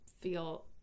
feel